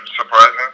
surprising